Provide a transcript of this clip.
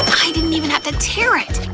i didn't even have to tear it!